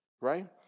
right